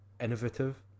innovative